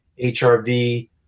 HRV